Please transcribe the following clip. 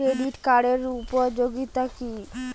Credit কার্ডের উপযোগিতা কি?